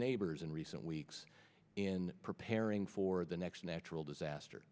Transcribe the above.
neighbors in recent weeks in preparing for the next natural disaster